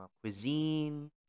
cuisine